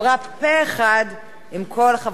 שוויון זכויות לאנשים עם מוגבלות (תיקון מס'